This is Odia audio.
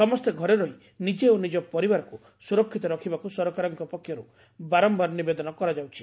ସମସେ ଘରେ ରହି ନିଜେ ଓ ନିଜ ପରିବାରକୁ ସୁରକ୍ଷିତ ରଖିବାକୁ ସରକାରଙ୍କ ପକ୍ଷରୁ ବାରମ୍ଘାର ନିବେଦନ କରାଯାଉଛି